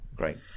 Great